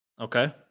Okay